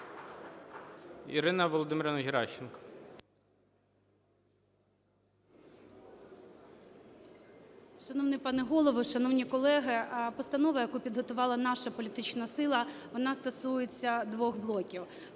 Ірина Володимирівна Геращенко.